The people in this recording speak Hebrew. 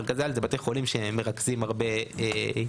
מרכזי-על זה בתי חולים שמרכזים הרבה שירותים.